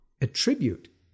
attribute